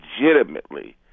legitimately